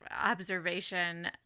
observation